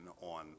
on